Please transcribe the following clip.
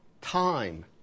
time